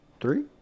three